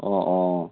অঁ অঁ